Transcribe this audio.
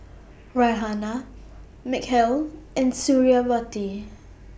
Raihana Mikhail and Suriawati